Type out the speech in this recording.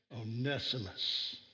Onesimus